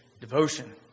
Devotion